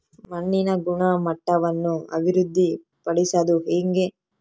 ಮಣ್ಣಿನ ಗುಣಮಟ್ಟವನ್ನು ಅಭಿವೃದ್ಧಿ ಪಡಿಸದು ಹೆಂಗೆ?